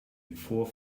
before